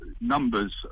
numbers